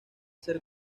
ser